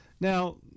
Now